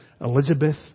Elizabeth